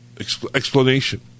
explanation